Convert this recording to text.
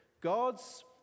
God's